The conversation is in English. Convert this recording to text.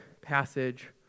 passage